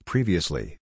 Previously